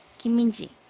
kim min-ji,